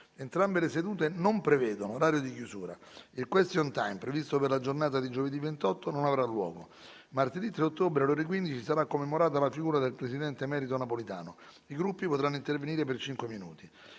Entrambe le sedute non prevedono orario di chiusura. Il question time, previsto per la giornata di giovedì 28, non avrà luogo. Martedì 3 ottobre, alle ore 15, sarà commemorata la figura del presidente emerito Napolitano. I Gruppi potranno intervenire per cinque minuti.